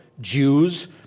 Jews